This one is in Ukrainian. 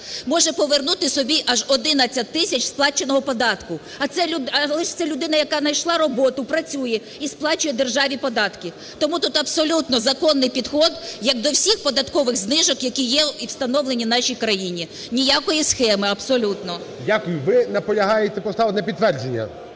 може повернути собі аж 11 тисяч сплаченого податку. Але ж це людина, яка знайшла роботу, працює і сплачує державі податки. Тому тут абсолютно законний підхід як до всіх податкових знижок, які є і встановлені в нашій країні. Ніякої схеми абсолютно. ГОЛОВУЮЧИЙ. Дякую. Ви наполягаєте поставити на підтвердження?